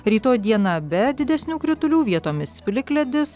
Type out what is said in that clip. rytoj diena be didesnių kritulių vietomis plikledis